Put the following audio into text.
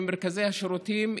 במרכזי השירותים,